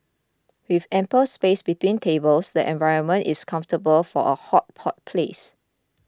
with ample space between tables the environment is comfortable for a hot pot place